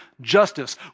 justice